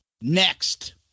Next